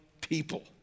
people